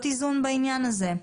יכול להיות איזון בעניין הזה.